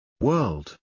world